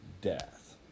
death